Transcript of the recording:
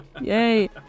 Yay